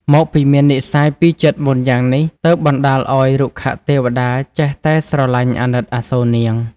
មកពីមាននិស្ស័យពីជាតិមុនយ៉ាងនេះ ទើបបណ្ដាលឱ្យ រុក្ខទេវតាចេះតែស្រលាញ់អាណិតអាសូរនាង។